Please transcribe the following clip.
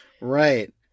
Right